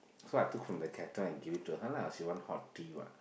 so I took from the kettle and give it to her lah she want hot tea what